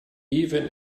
even